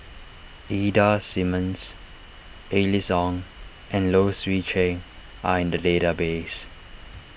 Ida Simmons Alice Ong and Low Swee Chen are in the database